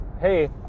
hey